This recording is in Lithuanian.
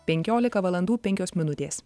penkiolika valandų penkios minutės